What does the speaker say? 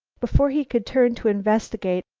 before he could turn to investigate,